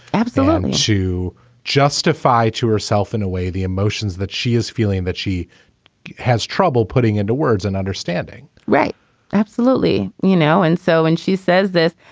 absolutely. to justify to herself, in a way, the emotions that she is feeling that she has trouble putting into words and understanding. right absolutely. you know, and so and she says this.